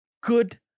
Good